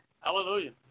Hallelujah